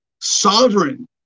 sovereign